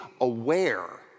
aware